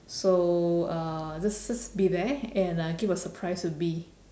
so uh just just be there and uh give a surprise to B